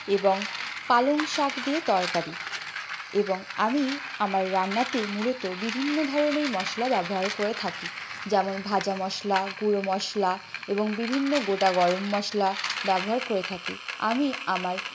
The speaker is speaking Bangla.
এবং পালং শাক দিয়ে তরকারি এবং আমি আমার রান্নাতে মূলত বিভিন্ন ধরনের মশলা ব্যবহার করে থাকি যেমন ভাজা মশলা গুঁড়ো মশলা এবং বিভিন্ন গোটা গরম মশলা ব্যবহার করে থাকি আমি আমার